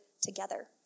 together